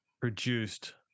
produced